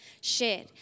shared